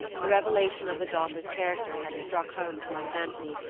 the revelation of the daughter's character had struck home to my fancy,